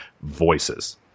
Voices